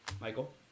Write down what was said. Michael